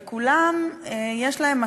וכולן יש להן מטרה,